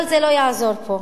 אבל זה לא יעזור פה,